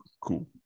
cool